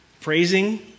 Praising